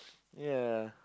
yeah